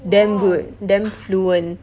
damn good damn fluent